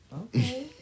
Okay